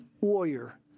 warrior